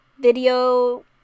video